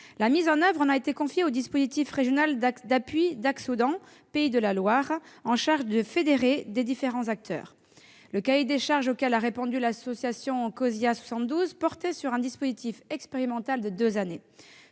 La maîtrise d'oeuvre en a été confiée au dispositif régional d'appui Acsodent Pays de la Loire, chargé de fédérer les différents acteurs. Le cahier des charges, auquel a répondu l'association COSIA72, portait sur un dispositif expérimental de deux années,